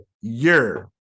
year